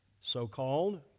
so-called